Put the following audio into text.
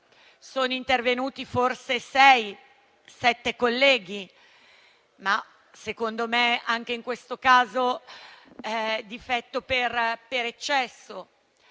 sono intervenuti forse sei o sette colleghi, ma secondo me anche in questo caso difetto per eccesso.